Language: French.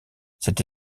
cette